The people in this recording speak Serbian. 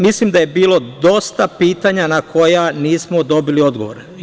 Mislim da je bilo dosta pitanja na koja nismo dobili odgovore.